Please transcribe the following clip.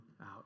out